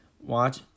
watch